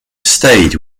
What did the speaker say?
stayed